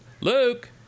Luke